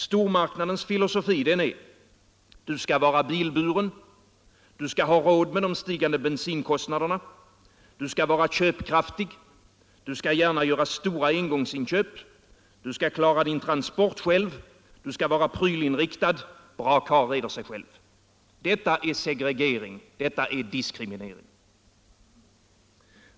Stormarknadens filosofi är: Du skall vara bilburen, du skall ha råd med de stigande bensinkostnaderna, du skall vara köpkraftig och gärna göra stora engångsköp, du skall klara din transport själv, du skall vara prylinriktad — bra karl reder sig själv. Detta är segregering, detta är diskriminering.